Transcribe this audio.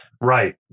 Right